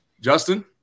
Justin